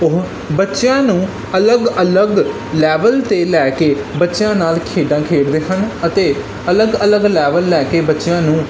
ਉਹ ਬੱਚਿਆਂ ਨੂੰ ਅਲੱਗ ਅਲੱਗ ਲੈਵਲ 'ਤੇ ਲੈ ਕੇ ਬੱਚਿਆਂ ਨਾਲ ਖੇਡਾਂ ਖੇਡਦੇ ਹਨ ਅਤੇ ਅਲੱਗ ਅਲੱਗ ਲੈਵਲ ਲੈ ਕੇ ਬੱਚਿਆਂ ਨੂੰ